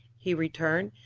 he returned.